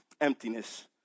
emptiness